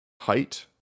height